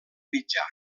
mitjà